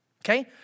okay